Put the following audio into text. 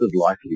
likely